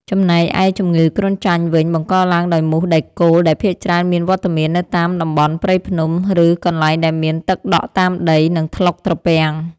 ចំណែកឯជំងឺគ្រុនចាញ់វិញបង្កឡើងដោយមូសដែកគោលដែលភាគច្រើនមានវត្តមាននៅតាមតំបន់ព្រៃភ្នំ ឬកន្លែងដែលមានទឹកដក់តាមដី និងថ្លុកត្រពាំង។